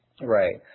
Right